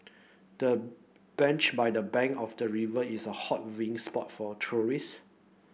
the bench by the bank of the river is a hot viewing spot for tourists